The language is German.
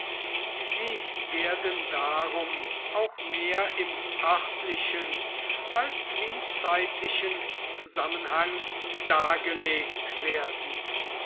sie werden darum auch mehr im örtlichen als wie zeitlichen zusammenhang dargelegt werden